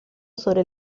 sobre